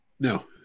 No